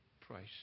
price